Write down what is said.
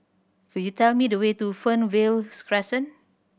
could you tell me the way to Fernvale's Crescent